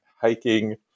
hiking